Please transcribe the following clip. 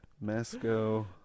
Masco